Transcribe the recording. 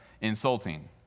insulting